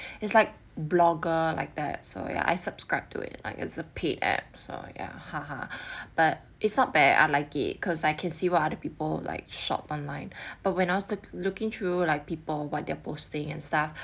is like blogger like that so ya I subscribe to it like it's a paid app so ya but it's not bad I like it cause I can see what other people like shop online but when I was looking through like people what they're posting and stuff